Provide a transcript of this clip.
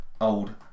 old